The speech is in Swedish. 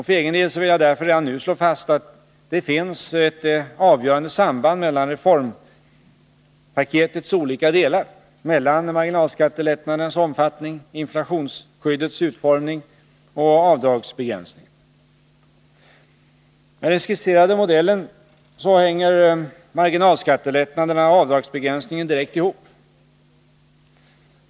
För egen del vill jag därför redan nu slå fast att det finns ett avgörande samband mellan reformpaketets olika delar, mellan marginalskattelättnadernas omfattning, inflationsskyddets utformning och avdragsbegränsningen. Med den skisserade modellen hänger marginalskattelättnaderna och avdragsbegränsningen direkt ihop.